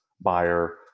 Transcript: buyer